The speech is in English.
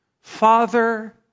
Father